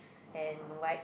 and white